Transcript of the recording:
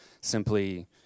simply